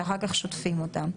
שאחר כך שוטפים אותם.